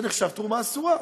זה נחשב תרומה אסורה.